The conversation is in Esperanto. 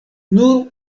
nur